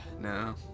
No